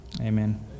Amen